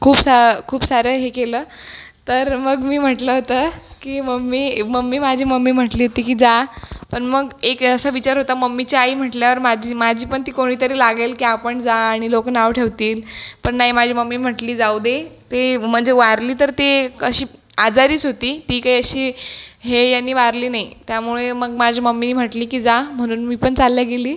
खूप सा खूप सारं हे केलं तर मग मी म्हटलं होतं की मम्मी मम्मी माझी मम्मी म्हटली होती की जा पण मग एक असा विचार होता मम्मीची आई म्हटल्यावर माझी माझी पण ती कोणीतरी लागेल की आपण जा आणि लोक नाव ठेवतील पण नाही माझी मम्मी म्हटली जाऊ दे ते म्हणजे वारली तर ते कशी आजारीच होती ती काही अशी हे याने वारली नाही त्यामुळे मग माझी मम्मी म्हटली की जा म्हणून मी पण चालली गेली